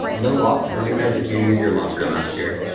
no lockers. how many times did you use your locker last year?